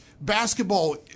basketball